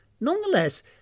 Nonetheless